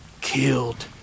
killed